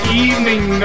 evening